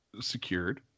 secured